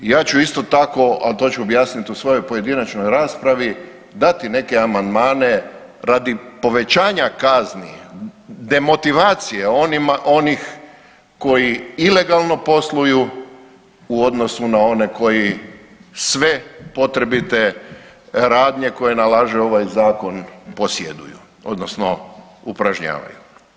Ja ću isto tako, a to ću objasnit u svojoj pojedinačnoj raspravi, dati neke amandmane radi povećanja kazni, demotivacije onih koji ilegalno posluju u odnosu na one koji sve potrebite radnje koje nalaže ovaj zakon posjeduju odnosno upražnjavaju.